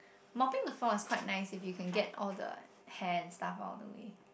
mopping the floor is quite nice if you can get all the hair and stuff out of the way